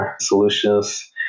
solutions